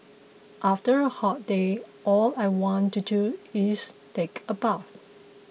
after a hot day all I want to do is take a bath